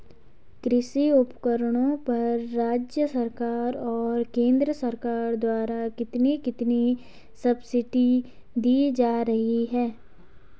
कृषि उपकरणों पर राज्य सरकार और केंद्र सरकार द्वारा कितनी कितनी सब्सिडी दी जा रही है?